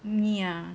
me ah